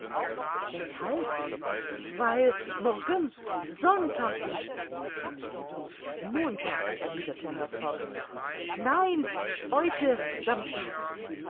weshalb weil morgen sonntag ist montag erwiderte herr fogg nein heute samstag